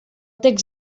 text